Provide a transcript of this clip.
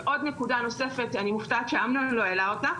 עוד נקודה נוספת שאני מופתעת שאמנון הרשושנים לא העלה אותה